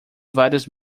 vários